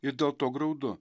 ir dėl to graudu